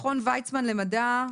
מכון וייצמן למדע,